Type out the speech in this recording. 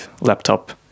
laptop